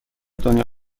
دنیا